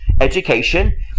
education